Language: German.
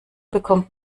bekommt